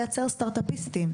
לייצר סטארטאפיסטים,